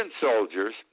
soldiers